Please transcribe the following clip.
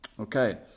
Okay